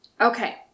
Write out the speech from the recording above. Okay